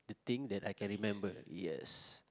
thing that I can remember yes